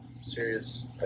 serious